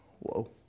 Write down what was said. Whoa